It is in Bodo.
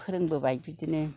फोरोंबोबाय बिदिनो